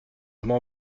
m’en